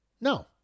No